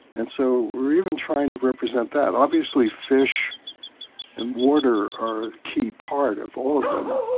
and so we're even trying to represent that. obviously fish and water are key part of all of them,